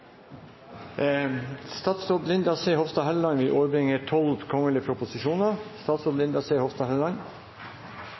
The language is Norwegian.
Statsråd Linda C. Hofstad Helleland vil overbringe 12 kgl. proposisjoner. Statsråd